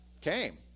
came